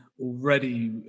already